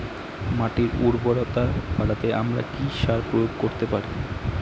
মাটির উর্বরতা বাড়াতে আমরা কি সার প্রয়োগ করতে পারি?